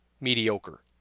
mediocre